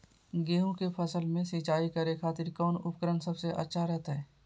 गेहूं के फसल में सिंचाई करे खातिर कौन उपकरण सबसे अच्छा रहतय?